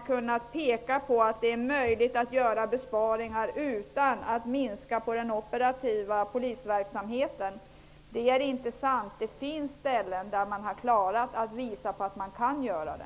kunnat peka på att det är möjligt att göra besparingar utan att minska på den operativa polisverksamheten. Det är inte sant. Det finns ställen där man har klarat att visa att man kan göra det.